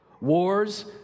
Wars